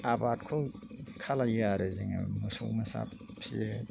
आबादखौ खालामो आरो जोङो मोसौ मोसा फिसियो